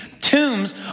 tombs